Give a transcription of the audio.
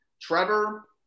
Trevor